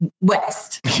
west